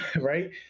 Right